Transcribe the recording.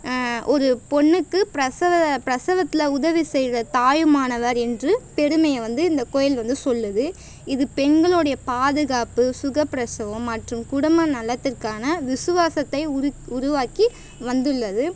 ஒரு பொண்ணுக்கு பிரசவ பிரசவத்தில் உதவி செய்த தாயுமானவர் என்று பெருமையை வந்து இந்தக் கோவில் வந்து சொல்லுது இது பெண்களுடைய பாதுகாப்பு சுகப்பிரசவம் மற்றும் குடும்ப நலத்திற்கான விசுவாசத்தை உருவாக்கி வந்துள்ளது